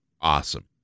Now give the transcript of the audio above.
awesome